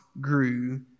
grew